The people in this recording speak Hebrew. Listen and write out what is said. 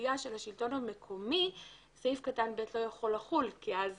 הגבייה של השלטון המקומי סעיף קטן (ב) לא יכול לחול כי אז